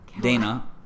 Dana